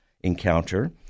encounter